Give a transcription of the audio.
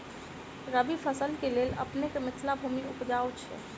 रबी फसल केँ लेल अपनेक मिथिला भूमि उपजाउ छै